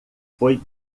foi